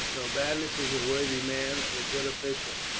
norbanus is a worthy man and a good official,